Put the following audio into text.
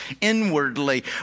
inwardly